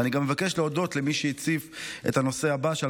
ואני מבקש להודות גם למי שהציף את הנושא הבא שעל